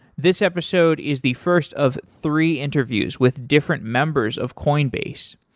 this episode is the first of three interviews with different members of coinbase.